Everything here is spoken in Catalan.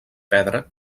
pedra